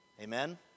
Amen